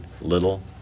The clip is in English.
little